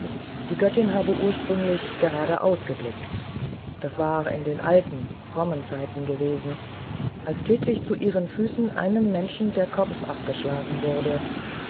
die göttin habe ursprünglich geradeaus geblickt das war in den alten frommen zeiten als täglich zu ihren füßen einem menschen der kopf abgeschlagen wurde